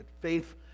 faith